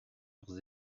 leurs